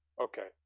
okay